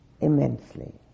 immensely